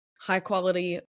high-quality